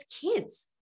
kids